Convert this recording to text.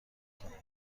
کنید